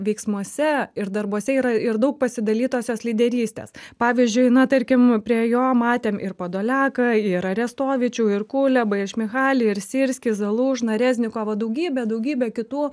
veiksmuose ir darbuose yra ir daug pasidalytosios lyderystės pavyzdžiui na tarkim prie jo matėm ir padoleką ir arestovičių ir kulebą ir šmyhalį ir sirskį zalužną reznikovą daugybė daugybė kitų